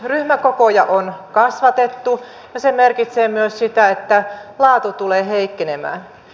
ryhmäkokoja on kasvatettu ja se merkitsee myös sitä että laatu tulee heikkenemään